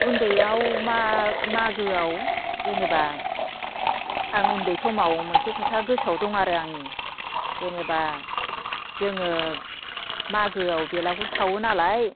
उन्दैयाव मा मागोआव जेनोबा आं उन्दै समाव मोनसे खोथा गोसोआव दं आरो आं जेनोबा जोङो मागोआव बेलागुर सावोनालाय